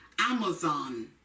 Amazon